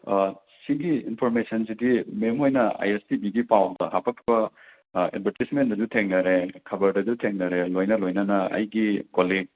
ꯁꯤꯒꯤ ꯏꯟꯐꯣꯔꯃꯦꯁꯟꯁꯤꯗꯤ ꯃꯦꯝ ꯍꯣꯏꯅ ꯑꯥꯏ ꯑꯦꯁ ꯇꯤ ꯚꯤꯒꯤ ꯄꯥꯎꯗ ꯍꯥꯞꯂꯛꯄ ꯑꯦꯗꯚꯔꯇꯤꯁꯃꯦꯟꯗꯁꯨ ꯊꯦꯡꯅꯔꯦ ꯈꯕꯔꯗꯁꯨ ꯊꯦꯡꯅꯔꯦ ꯂꯣꯏꯅ ꯂꯣꯏꯅꯅ ꯑꯩꯒꯤ ꯀꯣꯂꯤꯛ